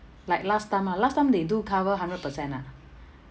like last time ah last time they do cover hundred percent ah